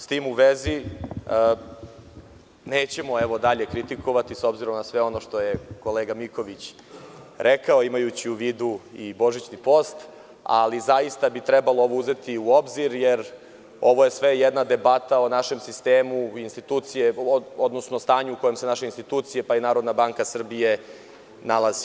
S tim u vezi, nećemo dalje kritikovati, s obzirom na sve ono što je kolega Miković rekao, imajući u vidu i božićni post, ali zaista bi trebalo ovo uzeti u obzir, jer je ovo sve jedna debata o našem sistemu, o stanju u kojem se naše institucije, pa i Narodna banka Srbije nalazi.